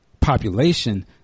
population